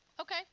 okay